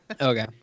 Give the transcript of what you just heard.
Okay